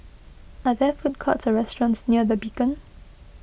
are there food courts or restaurants near the Beacon